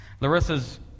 Larissa's